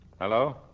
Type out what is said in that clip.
Hello